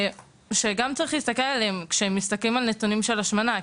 שגם צריכים להילקח בחשבון כאשר מסתכלים על נתונים של השמנה.